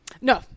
No